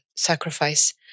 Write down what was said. sacrifice